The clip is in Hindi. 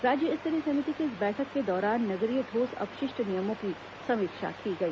राज्य स्तरीय समिति की इस बैठक के दौरान नगरीय ठोस अपशिष्ट नियमों की समीक्षा की गई